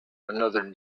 another